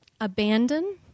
abandon